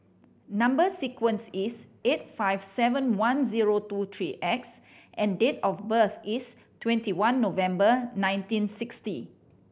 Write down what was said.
number sequence is S eight five seven one zero two three X and date of birth is twenty one November nineteen sixty